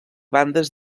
bandes